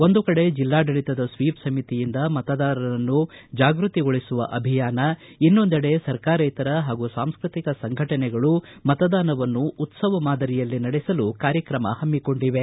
ಒಂದು ಕಡೆ ಜಿಲ್ಲಾಡಳಿತದ ಸ್ತೀಪ್ ಸಮಿತಿಯಿಂದ ಮತದಾರರನ್ನು ಜಾಗ್ಯತಿಗೊಳಿಸುವ ಅಭಿಯಾನ ಇನ್ನೊಂದೆಡೆ ಸರ್ಕಾರೇತರ ಹಾಗೂ ಸಾಂಸ್ಟ್ರಕಿಕ ಸಂಘಟನೆಗಳು ಮತದಾನವನ್ನು ಉತ್ಸವ ಮಾದರಿಯಲ್ಲಿ ನಡೆಸಲು ಕಾರ್ಯಕ್ರಮ ಹಮ್ನಿಕೊಂಡಿವೆ